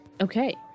Okay